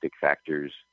factors